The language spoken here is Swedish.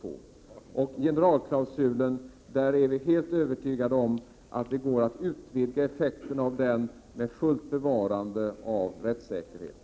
I fråga om generalklausulen är vi helt övertygade om att det går att utvidga effekten av den med fullt bevarande av rättssäkerheten.